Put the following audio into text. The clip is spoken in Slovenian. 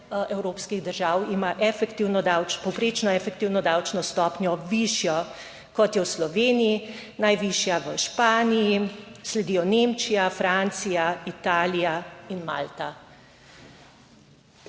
evropskih držav ima povprečno efektivno davčno stopnjo višjo kot je v Sloveniji, najvišja v Španiji, sledijo Nemčija, Francija, Italija in Malta.